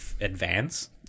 advance